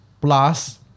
plus